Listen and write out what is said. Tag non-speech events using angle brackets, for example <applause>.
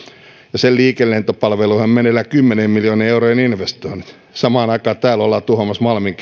ja sen liikelentopalveluihin on meneillään kymmenien miljoonien eurojen investoinnit samaan aikaan täällä ollaan tuhoamassa malmin <unintelligible>